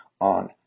on